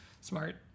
smart